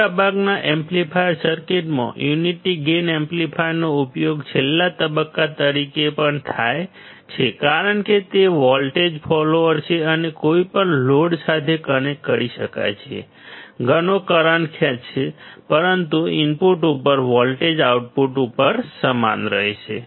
મોટાભાગના એમ્પ્લીફાયર સર્કિટમાં unity gain એમ્પ્લીફાયરનો ઉપયોગ છેલ્લા તબક્કા તરીકે પણ થાય છે કારણ કે તે વોલ્ટેજ ફોલોઅર છે અને કોઈપણ લોડ સાથે કનેક્ટ કરી શકાય છે જે ઘણો કરંટ ખેંચશે પરંતુ ઇનપુટ ઉપર વોલ્ટેજ આઉટપુટ ઉપર સમાન હશે